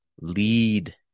lead